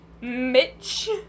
Mitch